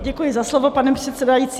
Děkuji za slovo, pane předsedající.